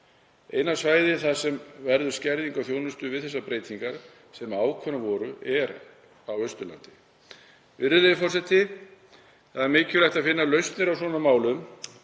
Eina svæðið þar sem verður skerðing á þjónustu við þær breytingar sem ákveðnar voru er Austurland. Virðulegi forseti. Mikilvægt er að finna lausnir á svona málum.